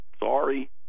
Sorry